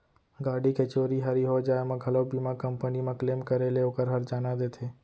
गाड़ी के चोरी हारी हो जाय म घलौ बीमा कंपनी म क्लेम करे ले ओकर हरजाना देथे